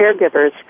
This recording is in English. caregivers